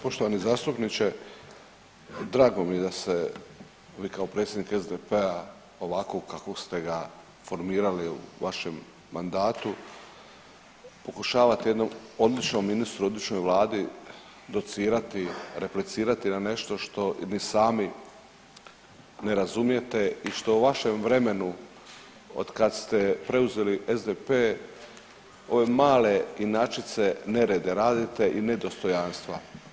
Poštovani zastupniče, drago mi je da ste vi kao predsjednik SDP-a ovako kakvog ste ga formirali u vašem mandatu pokušavate jednom odličnom ministru, odličnoj vladi docirati, replicirati na nešto što ni sami ne razumijete i što je u vašem vremenu od kad ste preuzeli SDP ove male inačice nerede radite i ne dostojanstva.